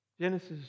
Genesis